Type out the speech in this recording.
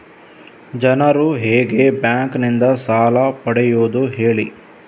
ಜನರು ಹೇಗೆ ಬ್ಯಾಂಕ್ ನಿಂದ ಸಾಲ ಪಡೆಯೋದು ಹೇಳಿ